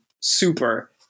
super